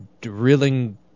drilling